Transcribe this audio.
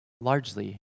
largely